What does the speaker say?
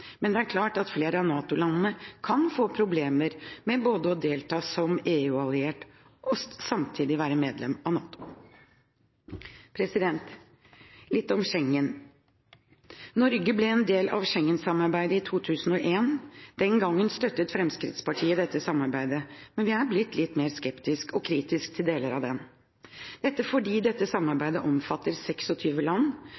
men det er klart at flere av NATO-landene kan få problemer med både å delta som EU-alliert og samtidig være medlem av NATO. Litt om Schengen. Norge ble en del av Schengen-samarbeidet i 2001. Den gangen støttet Fremskrittspartiet dette samarbeidet, men vi er blitt litt mer skeptisk og kritisk til deler av den. Dette fordi dette